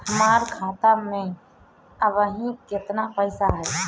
हमार खाता मे अबही केतना पैसा ह?